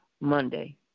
Monday